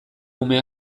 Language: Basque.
ume